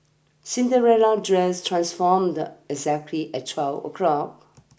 Cinderella's dress transformed exactly at twelve o'clock